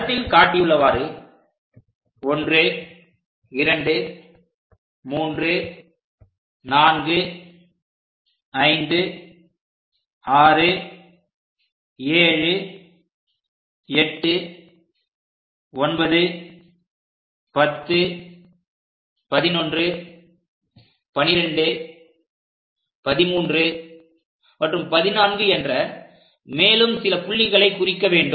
படத்தில் காட்டியுள்ளவாறு 1 2 3 4 5 6 7 8 910 11 12 13 மற்றும் 14 என்ற மேலும் சில புள்ளிகளை இங்கே குறிக்க வேண்டும்